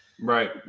right